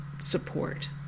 support